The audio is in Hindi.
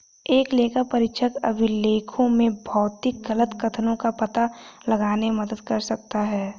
एक लेखापरीक्षक अभिलेखों में भौतिक गलत कथनों का पता लगाने में मदद कर सकता है